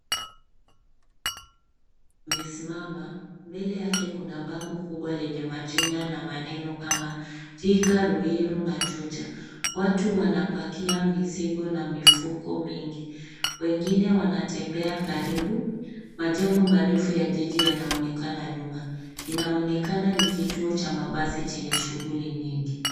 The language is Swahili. Msichana, mbele yake kuna basi kubwa lenye abiria wengi na maandishi kama Thika. Watu wanapakia mizigo na mifuko mingi. Wengine wanatembea karibu, huku magari madogo ya abiria yakionekana nyuma. Inaonekana kuwa ni kituo cha mabasi chenye shughuli nyingi.